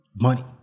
money